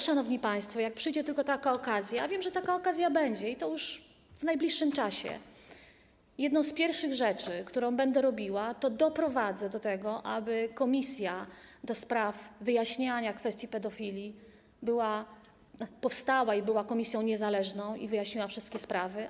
Szanowni państwo, jak tylko będzie taka okazja, a wiem, że taka okazja będzie, i to już w najbliższym czasie, jedną z pierwszych rzeczy, którą zrobię, będzie doprowadzenie do tego, aby komisja do spraw wyjaśniania kwestii pedofilii powstała, aby była komisją niezależną i wyjaśniła wszystkie sprawy.